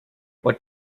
what